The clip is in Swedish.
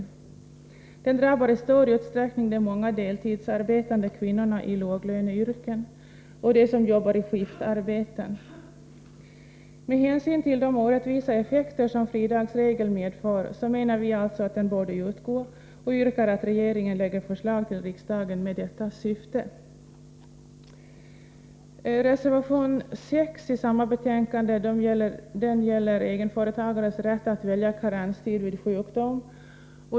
Den regeln drabbar i stor utsträckning de många deltidsarbetande kvinnorna i låglöneyrken och dem som jobbar i skift. Med hänsyn till de orättvisa effekter som fridagsregeln medför menar vi alltså att den borde utgå, och vi yrkar att regeringen lägger fram förslag till riksdagen med detta syfte. Reservation 6 i samma betänkande gäller egenföretagares rätt att välja karensdag vid sjukdom.